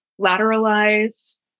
lateralize